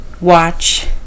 watch